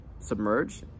submerge